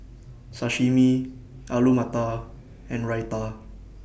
Sashimi Alu Matar and Raita